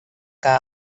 que